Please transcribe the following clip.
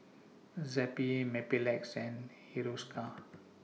Zappy Mepilex and Hiruscar